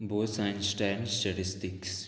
बोसांय time statistics